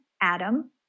Adam